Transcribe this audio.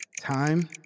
Time